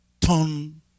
turn